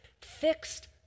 fixed